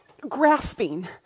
grasping